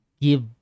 give